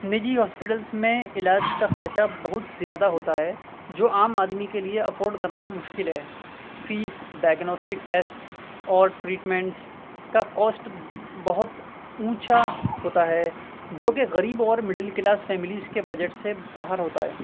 نجی ہاسپیٹلس میں علاج کا خرچہ بہت زیادہ ہوتا ہے جو عام آدمی کے لیے افورڈ کرنا مشکل ہے فیس ڈائگنوسٹک ٹیسٹ اور ٹریٹمنٹس کا کوسٹ بہت اونچا ہوتا ہے جو کہ غریب اور مڈل کلاس فیملیز کے بجٹ سے باہر ہوتا ہے